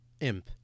Imp